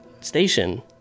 station